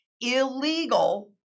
illegal